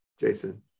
Jason